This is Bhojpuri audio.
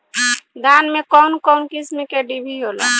धान में कउन कउन किस्म के डिभी होला?